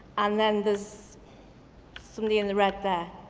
um then there's somebody in the red there.